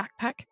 backpack